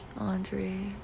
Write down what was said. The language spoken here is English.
laundry